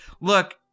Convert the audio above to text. look